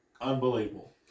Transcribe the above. Unbelievable